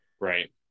Right